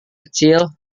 kecil